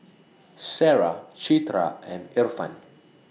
Sarah Citra and Irfan